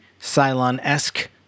Cylon-esque